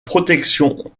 protection